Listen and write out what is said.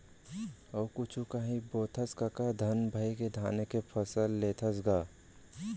अउ कुछु कांही बोथस कका धन भइगे धाने के फसल लेथस गा?